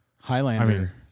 Highlander